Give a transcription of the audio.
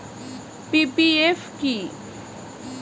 PPF কি?